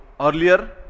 earlier